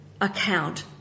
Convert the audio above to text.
account